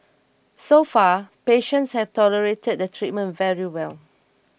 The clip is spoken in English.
so far patients have tolerated the treatment very well